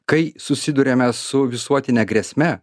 kai susiduriame su visuotine grėsme